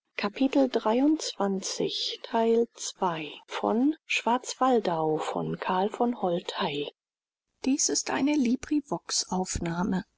es ist eine